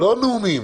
לא נאומים,